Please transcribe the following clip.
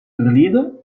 verleden